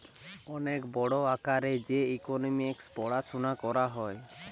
অনেক বড় আকারে যে ইকোনোমিক্স পড়াশুনা করা হয়